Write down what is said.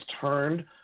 turned